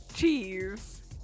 Cheese